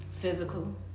Physical